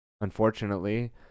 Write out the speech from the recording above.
unfortunately